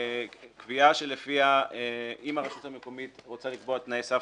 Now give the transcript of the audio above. קביעה שלפיה אם הרשות המקומית רוצה לקבוע תנאי סף